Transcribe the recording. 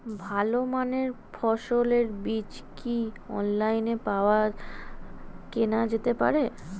ভালো মানের ফসলের বীজ কি অনলাইনে পাওয়া কেনা যেতে পারে?